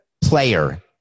player